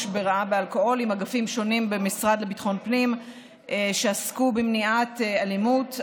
לרעה באלכוהול עם אגפים שונים במשרד לביטחון הפנים שעסקו במניעת אלימות.